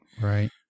Right